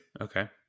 Okay